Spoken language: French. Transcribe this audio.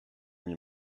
mis